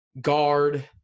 guard